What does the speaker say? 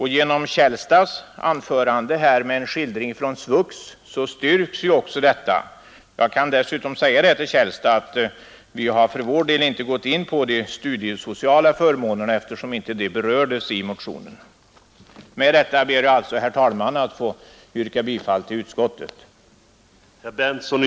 Herr Källstads anförande med en skildring från SVUX styrker också detta. Jag kan dessutom säga till herr Källstad att vi för vår del inte har gått in på de studiesociala förmånerna, eftersom dessa inte berördes i motionen. Med detta ber jag, herr talman, att få yrka bifall till utskottets hemställan.